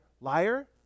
liar